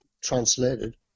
translated